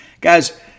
Guys